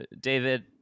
David